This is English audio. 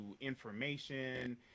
information